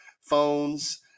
phones